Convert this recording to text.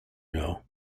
know